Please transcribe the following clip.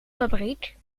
fabriek